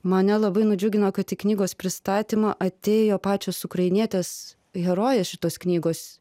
mane labai nudžiugino kad į knygos pristatymą atėjo pačios ukrainietės herojės šitos knygos